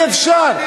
מה זה קשור?